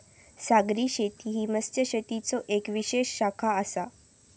सागरी शेती ही मत्स्यशेतीचो येक विशेष शाखा आसा